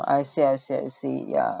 I see I see I see ya